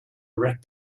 erect